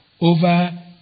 Over